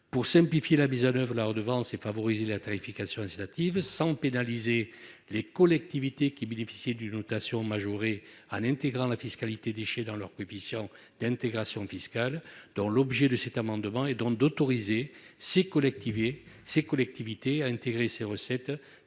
Pour simplifier la mise en place de la redevance et favoriser la tarification incitative, sans pénaliser les collectivités qui bénéficient d'une dotation majorée en intégrant la fiscalité relative aux déchets dans leur coefficient d'intégration fiscale, il convient d'autoriser ces collectivités à intégrer ces recettes